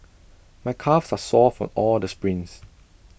my calves are sore for all the sprints